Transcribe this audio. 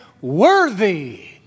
worthy